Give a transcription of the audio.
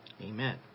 Amen